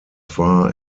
far